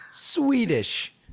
Swedish